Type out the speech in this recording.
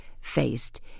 faced